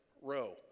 row